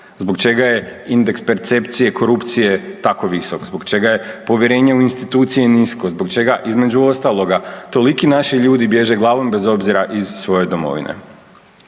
Zbog čega je indeks percepcije korupcije tako visok, zabog čega je povjerenje u institucije nisko, zbog čega, između ostaloga, toliki naši ljudi bježe glavom bez obzira iz svoje domovine.